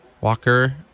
Walker